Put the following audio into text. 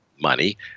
money